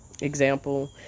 Example